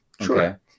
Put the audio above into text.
Sure